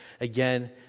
again